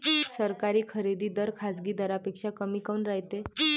सरकारी खरेदी दर खाजगी दरापेक्षा कमी काऊन रायते?